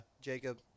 Jacob